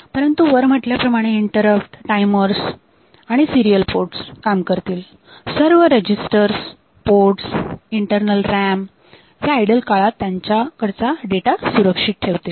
परंतु वर म्हटल्याप्रमाणे इंटरप्ट टायमर आणि सिरीयल पोर्ट काम करतील आणि सर्व रेजिस्टर्स पोर्ट आणि इंटरनल रॅम या आयडल काळात त्यांच्याकडचा डेटा सुरक्षित ठेवतील